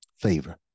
favor